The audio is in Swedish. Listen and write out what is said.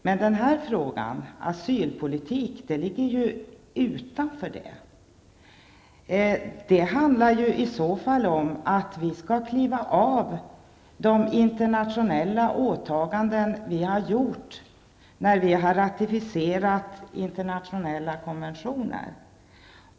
Men denna fråga, asylpolitiken, ligger utanför detta. John Bouvins förslag handlar om att vi skall kliva av de internationella åtaganden som vi har gjort när vi har ratificerat internationella konventioner.